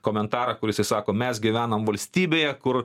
komentarą kurisai sako mes gyvename valstybėje kur